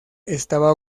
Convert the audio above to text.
estaba